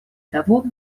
того